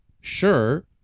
sure